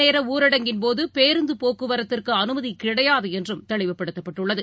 நேரஊரடங்கின்போது பேருந்தபோக்குவரத்திற்குஅனுமதிகிடையாதுஎன்றும் இரவு தெளிவுபடுத்தப்பட்டுள்ளது